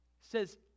says